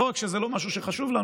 לא רק שזה לא משהו שחשוב לנו,